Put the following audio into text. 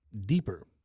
deeper